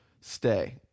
stay